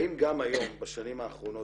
האם גם היום בשנים האחרונות,